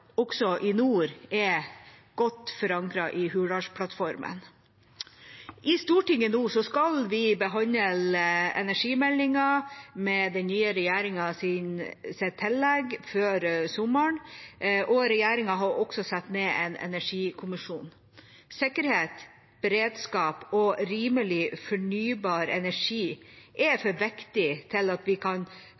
også i nord er godt forankret i Hurdalsplattformen. I Stortinget skal vi nå behandle energimeldinga med den nye regjeringas tillegg før sommeren, og regjeringa har også satt ned en energikommisjon. Sikkerhet, beredskap og rimelig fornybar energi er for viktig til at vi kan